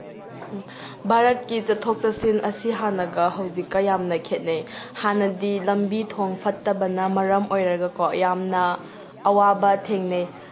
ꯚꯥꯔꯠꯀꯤ ꯆꯠꯊꯣꯛ ꯆꯠꯁꯤꯟ ꯑꯁꯤ ꯍꯥꯟꯅꯒ ꯍꯧꯖꯤꯛꯀ ꯌꯥꯝꯅ ꯈꯦꯠꯅꯩ ꯍꯥꯟꯅꯗꯤ ꯂꯝꯕꯤ ꯊꯣꯡ ꯐꯠꯇꯕꯅ ꯃꯔꯝ ꯑꯣꯏꯔꯒꯀꯣ ꯌꯥꯝꯅ ꯑꯋꯥꯕ ꯊꯦꯡꯅꯩ